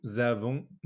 avons